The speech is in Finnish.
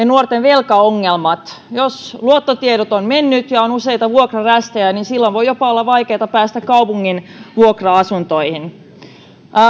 nuorten velkaongelmat jos luottotiedot ovat menneet ja on useita vuokrarästejä niin silloin voi olla vaikeaa päästä jopa kaupungin vuokra asuntoihin